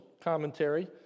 commentary